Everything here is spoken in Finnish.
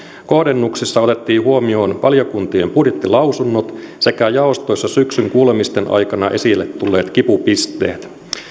kohdennuksissa otettiin huomioon valiokuntien budjettilausunnot sekä jaostoissa syksyn kuulemisten aikana esille tulleet kipupisteet